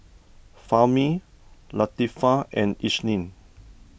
Fahmi Latifa and Isnin